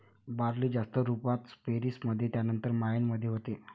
barley जास्त रुपात पेरीस मध्ये त्यानंतर मायेन मध्ये होते